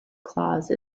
clause